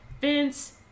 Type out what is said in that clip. vince